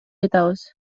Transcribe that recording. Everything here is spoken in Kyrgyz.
жатабыз